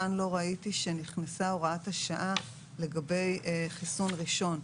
כאן לא ראיתי שנכנסה הוראת השעה לגבי חיסון ראשון.